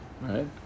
right